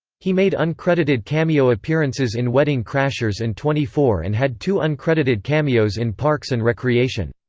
he made uncredited cameo appearances in wedding crashers and twenty four and had two uncredited cameos in parks and recreation.